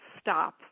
stop